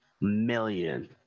million